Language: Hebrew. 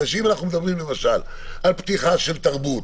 משום שאם אנחנו מדברים על פתיחה של תרבות,